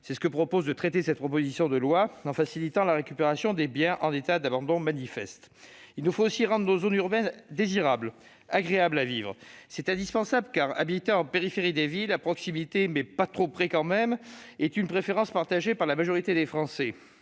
C'est l'un des objets de cette proposition de loi qui vise à faciliter la récupération des biens en état d'abandon manifeste. Il nous faut aussi rendre nos zones urbaines désirables, agréables à vivre. C'est indispensable, car habiter en périphérie des villes- à proximité, mais pas trop près quand même -, est une préférence partagée par la majorité des Français.